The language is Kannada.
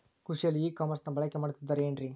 ಕೃಷಿಯಲ್ಲಿ ಇ ಕಾಮರ್ಸನ್ನ ಬಳಕೆ ಮಾಡುತ್ತಿದ್ದಾರೆ ಏನ್ರಿ?